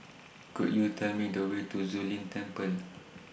Could YOU Tell Me The Way to Zu Lin Temple